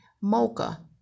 Mocha